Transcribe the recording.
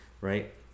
right